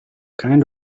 kind